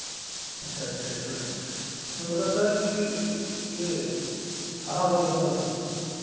अच्छा अच्छा रेस्टोरेंट मैं बोल रहा था कि यह खाना ऑर्डर करना था सर